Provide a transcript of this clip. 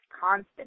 constant